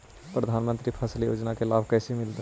प्रधानमंत्री फसल योजना के लाभ कैसे मिलतै?